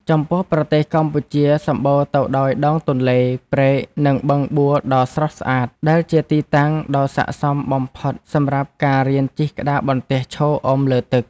ចំពោះប្រទេសកម្ពុជាសម្បូរទៅដោយដងទន្លេ ព្រែក និងបឹងបួដ៏ស្រស់ស្អាត ដែលជាទីតាំងដ៏ស័ក្តិសមបំផុតសម្រាប់ការរៀនជិះក្តារបន្ទះឈរអុំលើទឹក។